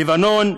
לבנון,